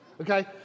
okay